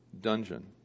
dungeon